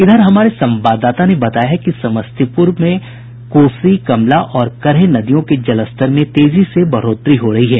इधर हमारे संवाददाता ने बताया है कि समस्तीपूर में जिले में कोसी कमला और करेह नदियों के जलस्तर में तेजी से बढ़ोतरी हो रही है